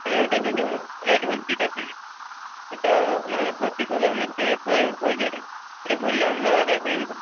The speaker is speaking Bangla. হ্যাঁ ওটাতে তো ওটা ডুয়াল এটা আপনার বত্রিশ হাজার মধ্যে ওই পড়ে যাবে এটা বললে আমরা অর্ডার করে দেব